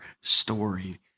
story